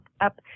up